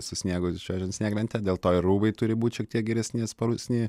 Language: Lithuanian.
su sniegu važiuojant snieglente dėl to ir rūbai turi būti šiek tiek geresni atsparesni